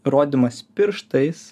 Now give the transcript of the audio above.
rodymas pirštais